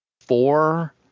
four